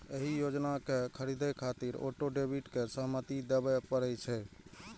एहि योजना कें खरीदै खातिर ऑटो डेबिट के सहमति देबय पड़ै छै